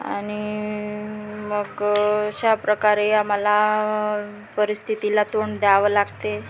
आणि मग अशा प्रकारे आम्हाला परिस्थितीला तोंड द्यावं लागते